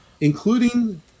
including